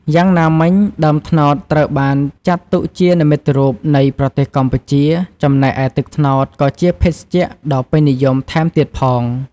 យ៉ាងណាមិញ ដើមត្នោតត្រូវបានចាត់ទុកជានិមិត្តរូបនៃប្រទេសកម្ពុជា ចំណែកឯទឹកត្នោតក៏ជាភេសជ្ជៈដ៏ពេញនិយមថែមទៀតផង។